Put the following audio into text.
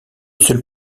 seule